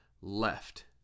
left